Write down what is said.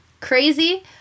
crazy